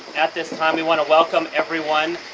at this time, we want to welcome everyone.